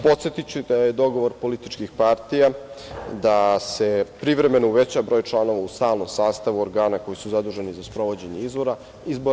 Podsetiću da je dogovor političkih partija da se privremeno uveća broj članova u stalnom sastavu organa koji su zaduženi za sprovođenje izbora.